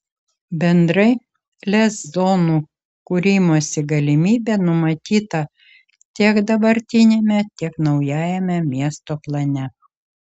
bendrai lez zonų kūrimosi galimybė numatyta tiek dabartiname tiek naujajame miesto plane